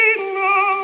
no